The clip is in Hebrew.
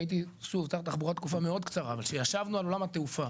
הייתי שר התחבורה תקופה מאוד קצרה אבל כשישבנו על עולם התעופה